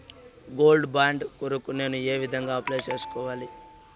Gold bond కొరకు నేను ఏ విధంగా అప్లై సేసుకోవాలి?